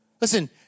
Listen